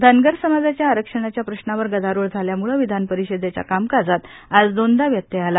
धनगर समाजाच्या आरक्षाणाच्या प्रश्नावर गदारोळ झाल्यामुळं विधानपरिषदेच्या कामकाजात आज दोनदा व्यत्येय आला